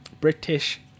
British